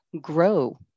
grow